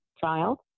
child